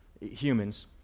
humans